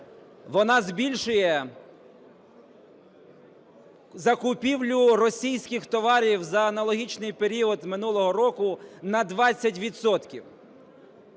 вона збільшує закупівлю російських товарів за аналогічний період минулого року на 20